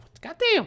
goddamn